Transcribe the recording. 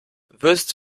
würzt